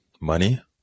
money